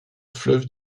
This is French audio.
fleuve